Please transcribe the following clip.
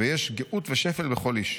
ויש 'גאות ושפל בכל איש'.